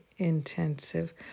intensive